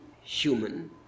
human